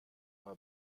bei